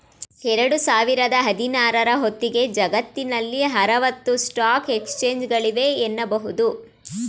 ಎರಡು ಸಾವಿರದ ಹದಿನಾರ ರ ಹೊತ್ತಿಗೆ ಜಗತ್ತಿನಲ್ಲಿ ಆರವತ್ತು ಸ್ಟಾಕ್ ಎಕ್ಸ್ಚೇಂಜ್ಗಳಿವೆ ಎನ್ನುಬಹುದು